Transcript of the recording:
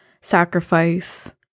sacrifice